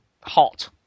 hot